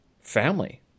family